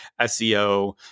SEO